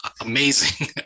amazing